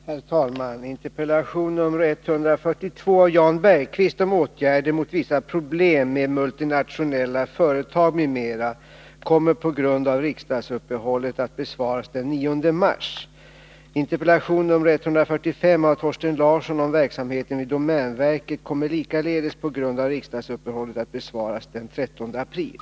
Herr talman! Interpellation nr 142 av Jan Bergqvist om åtgärder mot vissa problem med multinationella företag, m .m. kommer på grund av riksdagsuppehållet att besvaras den 9 mars. Interpellation nr 145 av Thorsten Larsson om verksamheten vid domänverket kommer, likaledes på grund av riksdagsuppehållet, att besvaras den 13 april.